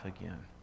again